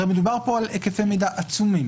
הרי מדובר פה על היקפי מידע עצומים.